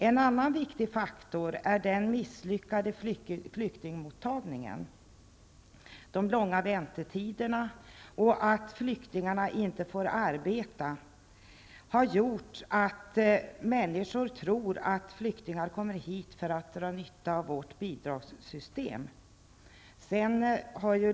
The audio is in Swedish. En annan viktig faktor är den misslyckade flyktingmottagningen. De långa väntetiderna, och att flyktingarna inte fått arbeta, har gjort att människor tror att flyktingarna kommit hit för att dra nytta av vårt bidragssystem.